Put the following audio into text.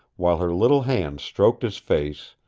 while her little hands stroked his face,